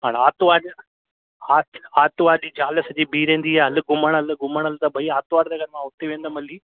राति आहे न हा आतिवार ॾींहुं ज़ाल सॼी बीह रहंदी आहे हल घुमण हल घुमण हल त भई आरितवार ते त मां उते वेंदुमि हली